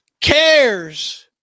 cares